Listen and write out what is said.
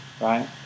right